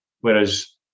Whereas